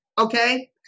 Okay